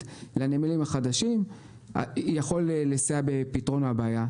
לנמלים החדשים יכול לסייע בפתרון הבעיה.